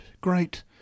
great